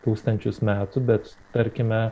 tūkstančius metų bet tarkime